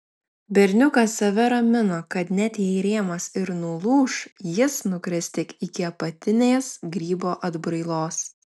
berniukas save ramino kad net jei rėmas ir nulūš jis nukris tik iki apatinės grybo atbrailos